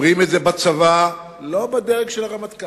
אומרים את זה בצבא, לא בדרג של הרמטכ"ל.